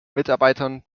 mitarbeitern